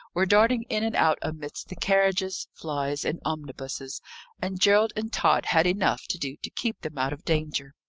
were darting in and out amidst the carriages, flys, and omnibuses and gerald and tod had enough to do to keep them out of danger.